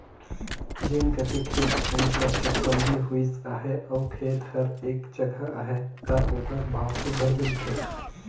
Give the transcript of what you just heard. जेन कती खेत खाएर कर चकबंदी होइस अहे अउ खेत हर एके जगहा अहे ता ओकर भाव सुग्घर मिलथे